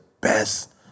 best